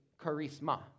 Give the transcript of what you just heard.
charisma